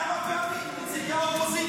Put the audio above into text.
כמה פעמים הוא שם וכמה פעמים נציגי האופוזיציה.